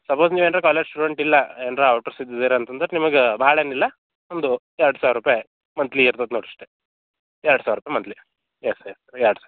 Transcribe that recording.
suppose ನೀವೇನ್ರು college student ಇಲ್ಲ ಏನಾದ್ರು ಔಟ್ ಆಫ್ ಇದಿದ್ದೀರಾ ಅಂತಂದ್ರೆ ನಿಮಗೆ ಭಾಳ ಏನು ಇಲ್ಲ ಒಂದು ಎರಡು ಸಾವಿರ ರೂಪಾಯಿ ಮಂತ್ಲಿ ಇರ್ಬೇಕು ನೋಡಿರಿ ಅಷ್ಟೇ ಎರಡು ಸಾವಿರ ರೂಪಾಯಿ ಮಂತ್ಲಿ ಎಸ್ ಎಸ್ ಎರಡು